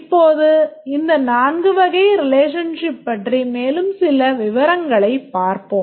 இப்போது இந்த 4 வகை relationship பற்றி மேலும் சில விவரங்களைப் பார்ப்போம்